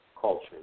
culture